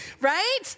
right